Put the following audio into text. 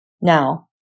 Now